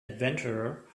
adventurer